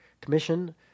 commission